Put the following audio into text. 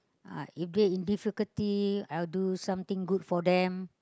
uh if they in difficulty I'll do something good for them